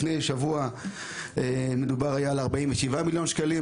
לפני שבוע זה היה 47 מיליון שקלים,